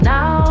Now